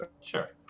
Sure